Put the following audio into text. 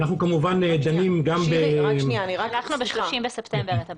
אנחנו כמובן דנים גם ב --- שלחנו ב-30 בספטמבר את הבקשה,